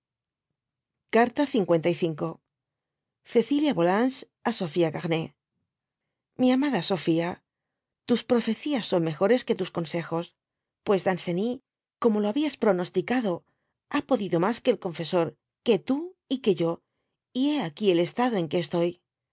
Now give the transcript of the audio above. cecilia falanges á sofla camay m i amada sofía tas profecías son mejores que tus consejos pues danceny como lo habías pronosticado ha podido mas que el confesor que tú y que yo y h aquí el estado en que estoy